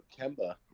Kemba